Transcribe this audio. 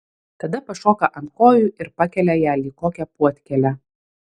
tada pašoka ant kojų ir pakelia ją lyg kokią puodkėlę